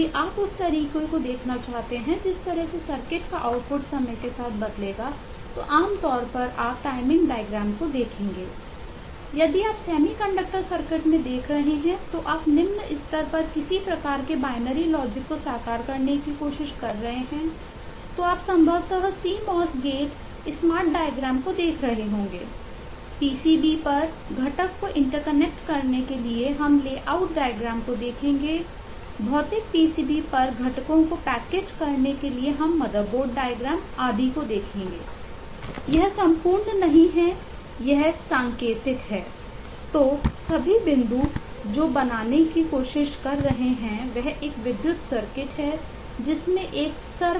यदि आप semiconductor circuit नहीं है